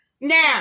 Now